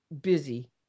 busy